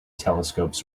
telescopes